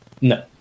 no